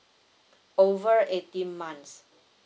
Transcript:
over eighteen months